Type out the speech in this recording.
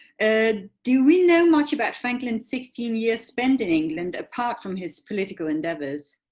and do we know much about franklin's sixteen-years spent in england apart from his political endeavours?